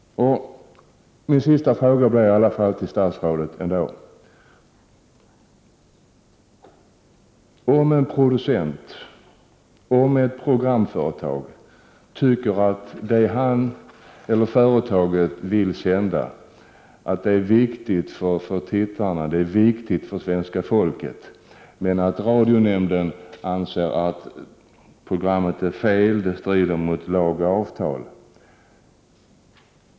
Min sista fråga gäller det fall då en producent och ett programföretag tycker att det han eller företaget vill sända är viktigt för tittarna och för svenska folket. Radionämnden däremot anser kanske att programmet är fel och strider mot lag och avtal.